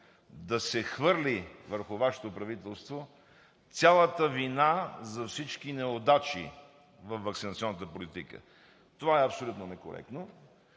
да се хвърли върху Вашето правителство за всички неудачи във ваксинационната политика. Това е абсолютно некоректно,